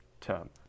term